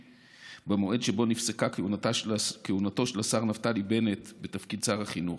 במועד שבו נפסקה כהונתו של השר נפתלי בנט בתפקיד שר החינוך.